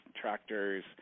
tractors